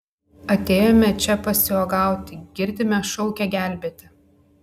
atėjome čia pasiuogauti girdime šaukia gelbėti